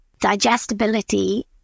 digestibility